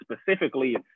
specifically